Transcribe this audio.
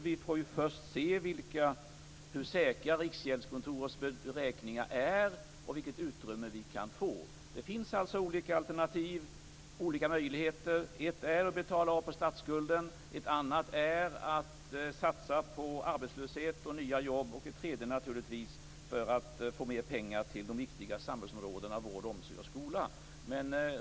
Vi får först se hur säkra Riksgäldskontorets beräkningar är och vilket utrymme vi kan få. Det finns alltså olika alternativ, olika möjligheter. Ett alternativ är att betala av på statsskulden, ett annat att satsa på att minska arbetslösheten och få fram nya jobb och ett tredje alternativ är naturligtvis att satsa mer pengar på de viktiga samhällsområdena vård, omsorg och skola.